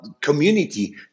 community